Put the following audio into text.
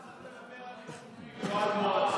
צריך לדבר על יישובים, לא על מועצה.